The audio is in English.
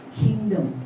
kingdom